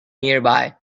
nearby